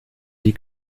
die